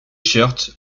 shirts